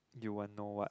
you want know what